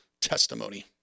testimony